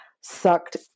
sucked